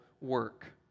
work